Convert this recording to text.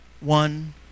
one